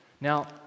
Now